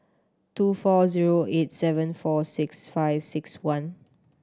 two four zero eight seven four six five six one